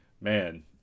man